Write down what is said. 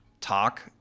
talk